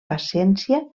paciència